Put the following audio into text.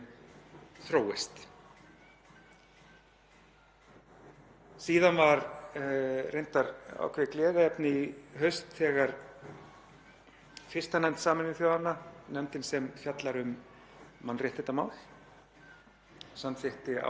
fyrsta nefnd Sameinuðu þjóðanna, nefndin sem fjallar um mannréttindamál, samþykkti ályktun sem Kíribatí og Kasakstan áttu frumkvæði að sem snerist um